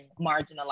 marginalized